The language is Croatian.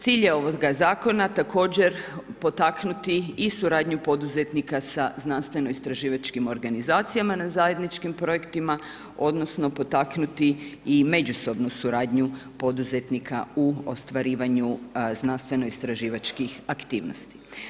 Cilj je ovoga zakona također potaknuti i suradnju poduzetnika sa znanstveno istraživačkim organizacijama na zajedničkim projektima odnosno potaknuti i međusobnu suradnju poduzetnika u ostvarivanja znanstveno istraživačkih aktivnosti.